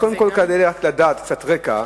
קודם כול כדאי לדעת קצת רקע: